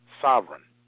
sovereign